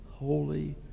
Holy